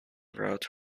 routes